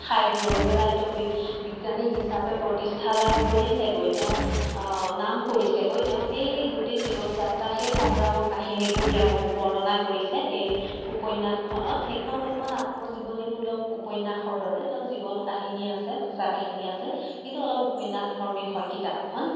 ঠাইত গৈ পেলাই তেওঁ বি বিজ্ঞানী হিচাপে প্ৰতিষ্ঠা লাভ কৰিছেগৈ তেওঁ নাম কৰিছেগৈ তেওঁ সেই গোটেই জীৱন যাত্ৰা সেই সংগ্ৰামৰ কাহিনীবোৰ তেওঁ বৰ্ণনা কৰিছে এই উপন্য়াসখনত সেইখন এখন আত্মজীৱনীমূলক উপন্য়াসৰ দৰে তেওঁ জীৱন কাহিনী আছে সঁচা কাহিনী আছে কিন্তু অলপ উপন্য়াসধৰ্মী হয় কিতাপখন